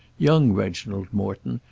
young reginald morton,